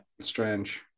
Strange